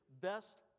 best